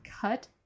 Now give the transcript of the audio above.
cut